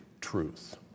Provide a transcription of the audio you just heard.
truth